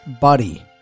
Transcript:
buddy